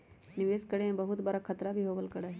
निवेश करे में बहुत बडा खतरा भी होबल करा हई